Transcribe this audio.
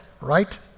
right